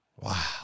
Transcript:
Wow